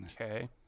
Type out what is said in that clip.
Okay